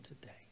today